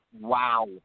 wow